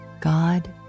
god